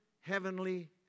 heavenly